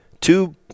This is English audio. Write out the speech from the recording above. two